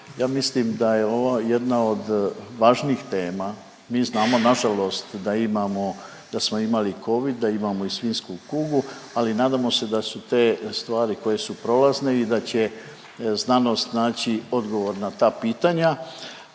Ja mislim da je ova jedna od važnijih tema. Mi znamo nažalost da imamo, da smo imali Covid, da imamo i svinjsku kugu, ali nadamo se da su te stvari koje su prolazne i da će znanost naći odgovor na ta pitanja,